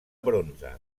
bronze